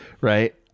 Right